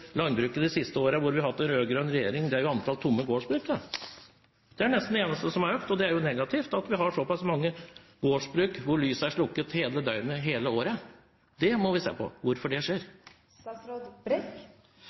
landbruket de siste årene da vi har hatt rød-grønn regjering, er antallet tomme gårdsbruk. Det er nesten det eneste som er økt. Det er negativt at vi har såpass mange gårdsbruk hvor lysene er slukket hele døgnet hele året. Det må vi se på – hvorfor det